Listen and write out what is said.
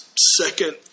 second